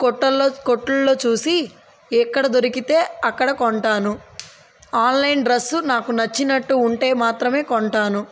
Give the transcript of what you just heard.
కొట్లలో చూసి ఎక్కడ దొరికితే అక్కడ కొంటాను ఆన్లైన్ డ్రెస్సు నాకు నచ్చినట్టు ఉంటే మాత్రమే కొంటాను